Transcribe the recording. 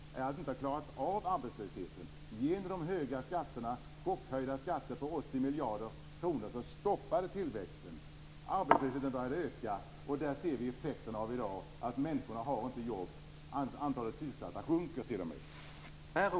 Ni har inte klarat av arbetslösheten. Genom de höga skatterna och chockhöjningar med 80 miljarder kronor stoppar ni tillväxten samtidigt som arbetslösheten ökar. I dag kan vi se effekterna. Människor har inga jobb.